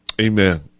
Amen